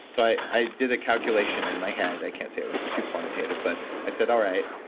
so i i did a calculation in my head, i can't say it was too quantitative, but i said, all right,